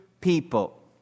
people